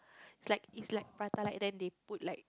like it's like Prata like then they put like